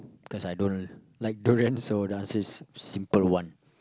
because I don't like durian so the answer is simple one